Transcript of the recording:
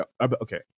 okay